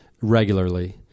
regularly